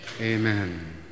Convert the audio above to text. Amen